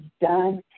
done